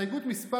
הסתייגות מס'